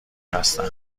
هستند